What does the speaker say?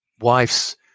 wife's